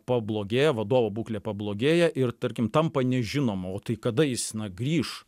pablogėja vadovo būklė pablogėja ir tarkim tampa nežinoma o tai kada jis na grįš